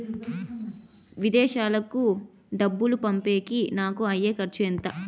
విదేశాలకు డబ్బులు పంపేకి నాకు అయ్యే ఖర్చు ఎంత?